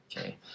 okay